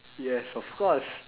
yes of course